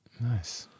Nice